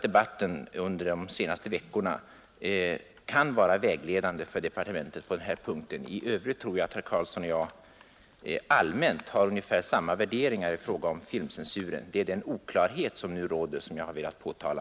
Debatten under de senaste veckorna kan nog vara vägledande för departementet på den punkten. I övrigt tror jag att herr Carlsson och jag allmänt har ungefär samma värderingar i fråga om filmcensuren,. Det är den oklarhet som nu råder som jag har velat påtala.